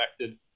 affected